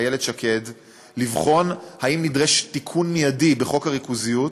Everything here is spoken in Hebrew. איילת שקד לבחון אם נדרש תיקון מיידי בחוק הריכוזיות